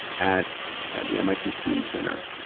at the mit student center.